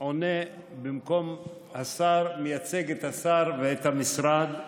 אני עונה במקום השר, מייצג את השר ואת המשרד,